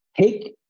Take